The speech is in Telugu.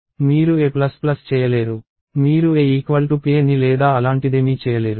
మీరు a చేయలేరు మీరు a pa ని లేదా అలాంటిదేమీ చేయలేరు